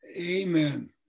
Amen